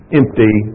empty